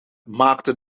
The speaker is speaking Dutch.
maakte